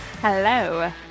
Hello